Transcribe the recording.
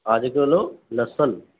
آدھے کلو لحسن